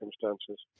circumstances